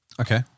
okay